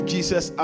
Jesus